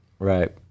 Right